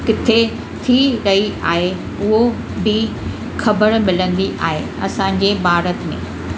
किथे थी रही आहे उहो बि ख़बर मिलंदी आहे असांजे भारत में